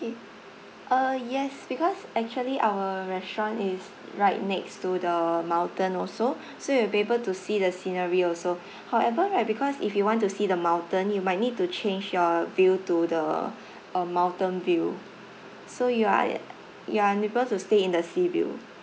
uh yes because actually our restaurant is right next to the mountain also so you will be able to see the scenery also however right because if you want to see the mountain you might need to change your view to the uh mountain view so you are yat~ you're unable to stay in the sea view